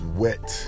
wet